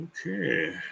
Okay